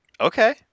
Okay